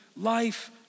life